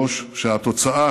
מילוש, שהתוצאה